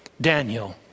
Daniel